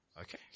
Okay